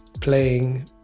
playing